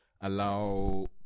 allow